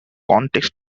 context